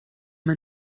man